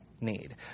need